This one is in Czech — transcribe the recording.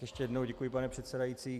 Ještě jednou děkuji, pane předsedající.